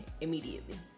immediately